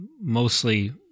mostly